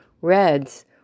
reds